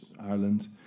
Ireland